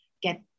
get